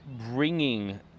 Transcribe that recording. bringing